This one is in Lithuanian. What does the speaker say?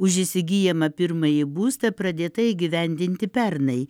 už įsigyjamą pirmąjį būstą pradėta įgyvendinti pernai